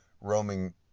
roaming